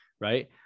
right